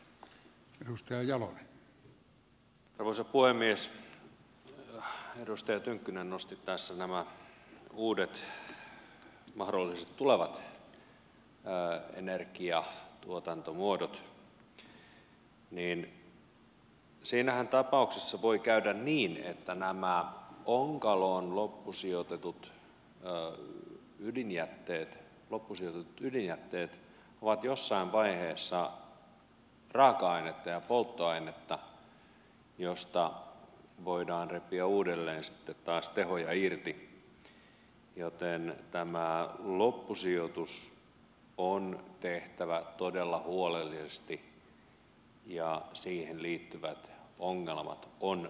kun edustaja tynkkynen nosti tässä nämä uudet mahdolliset tulevat energiantuotantomuodot niin siinä tapauksessahan voi käydä niin että nämä onkaloon loppusijoitetut ydinjätteet ovat jossain vaiheessa raaka ainetta ja polttoainetta josta voidaan repiä uudelleen sitten taas tehoja irti joten tämä loppusijoitus on tehtävä todella huolellisesti ja siihen liittyvät ongelmat on ratkaistava